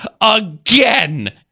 again